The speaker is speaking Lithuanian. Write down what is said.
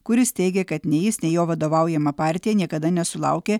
kuris teigė kad nei jis nei jo vadovaujama partija niekada nesulaukė